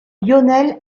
lionel